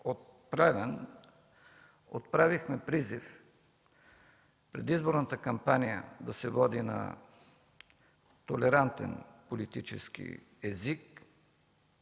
отправихме призив предизборната кампания да се води на толерантен политически език